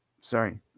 Sorry